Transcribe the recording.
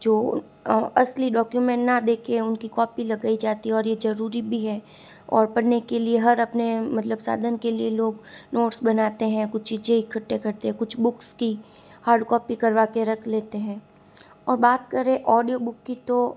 जो असली डॉक्यूमेंट ना दे कर उनकी कॉपी लगाई जाती है और ये ज़रूरी भी है और पढ़ने के लिए हर अपने मतलब साधन के लिए लोग नोट्स बनाते हैं कुछ चीज़ें इकट्ठे करते कुछ बुक्स की हार्ड कॉपी करवा के रख लेते हैं और बात करें ऑडियो बुक की तो